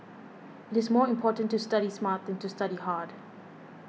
it is more important to study smart than to study hard